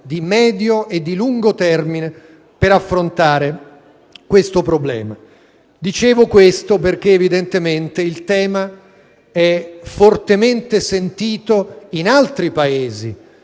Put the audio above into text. di medio e di lungo termine per affrontare questo problema. Lo dico, perché il tema è fortemente sentito in altri Paesi